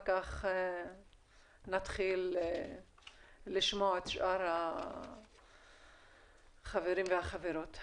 כך נתחיל לשמוע את שאר החברים והחברות.